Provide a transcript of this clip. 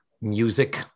music